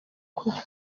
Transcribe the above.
kure